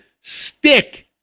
stick